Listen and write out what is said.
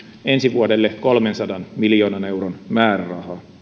ensi vuodelle kolmensadan miljoonan euron määrärahaa